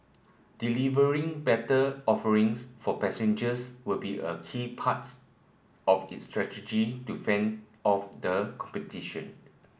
delivering better offerings for passengers will be a key parts of its strategy to fend off the competition